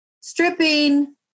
stripping